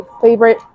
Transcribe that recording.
favorite